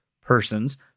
persons